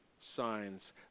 signs